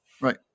right